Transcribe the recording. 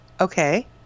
Okay